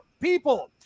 people